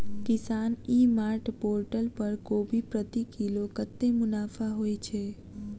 किसान e mart portal पर कोबी प्रति किलो कतै मुनाफा होइ छै?